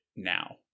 now